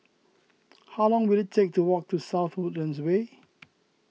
how long will it take to walk to South Woodlands Way